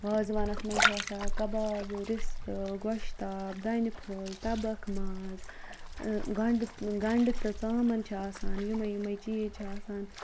وازوانَس منٛز چھُ آسان کَبابہٕ رِستہٕ گۄشتاب دَنہِ پھوٚل تَبَکھ ماز گَنٛڈٕ تہٕ ژامَن چھِ آسان یِمَے یِمَے چیٖز چھِ آسان